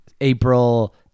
April